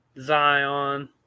Zion